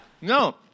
No